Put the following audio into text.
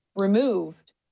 removed